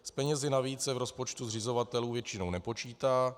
S penězi navíc se v rozpočtu zřizovatelů většinou nepočítá.